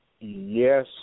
yes